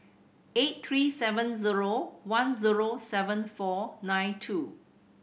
eight three seven zero one zero seven four nine two